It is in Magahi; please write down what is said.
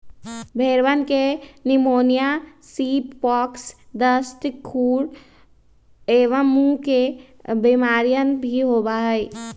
भेंड़वन के निमोनिया, सीप पॉक्स, दस्त, खुर एवं मुँह के बेमारियन भी होबा हई